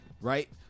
Right